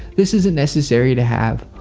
this isn't necessary to have.